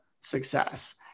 success